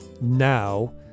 now